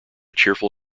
cheerful